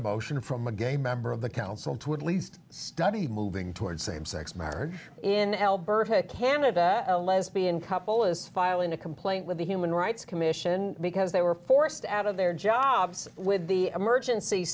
a motion from a gay member of the council to at least study moving toward same sex marriage in alberta canada a lesbian couple is filing a complaint with the human rights commission because they were forced out of their jobs with the emergency